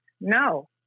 no